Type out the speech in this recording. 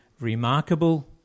remarkable